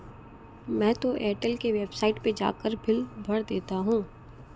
मैं तो एयरटेल के वेबसाइट पर जाकर बिल भर देता हूं